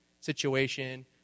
situation